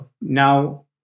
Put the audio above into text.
Now